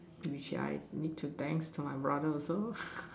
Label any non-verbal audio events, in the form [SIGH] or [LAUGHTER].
means should I need to thanks to my brother also [LAUGHS]